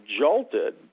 jolted